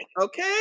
Okay